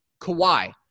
Kawhi